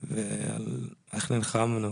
איך נלחמנו